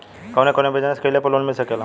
कवने कवने बिजनेस कइले पर लोन मिल सकेला?